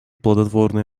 плодотворные